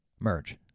merge